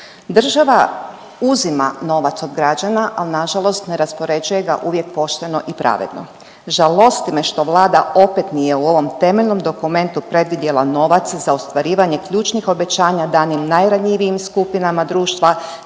Država uzima novac od građana, ali na žalost ne raspoređuje ga uvijek pošteno i pravedno. Žalosti me što Vlada opet nije u ovom temeljnom dokumentu predvidjela novac za ostvarivanje ključnih obećanja danim najranjivijim skupinama društva